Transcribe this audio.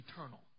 eternal